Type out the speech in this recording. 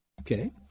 Okay